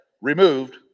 removed